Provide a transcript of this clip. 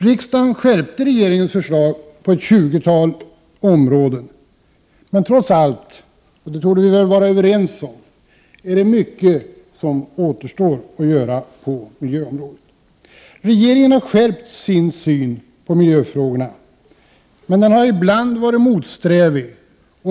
Riksdagen skärpte regeringens förslag på ett tjugotal områden, men trots allt är det mycket som återstår att göra på miljöområdet — det torde vi vara överens om. Regeringen har skärpt sin syn på miljöfrågorna, men den har ibland varit motsträvig.